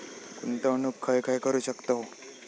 गुंतवणूक खय खय करू शकतव?